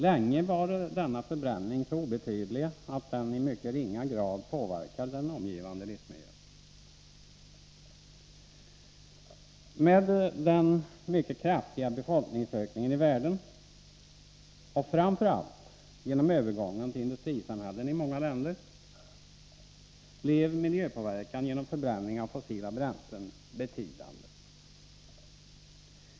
Länge var denna förbränning så obetydlig att den i mycket ringa grad påverkade den omgivande livsmiljön. Med den mycket kraftiga befolkningsökningen i världen, och framför allt genom övergången till industrisamhällen i många länder, blev miljöpåverkan genom förbränning av fossila bränslen betydande.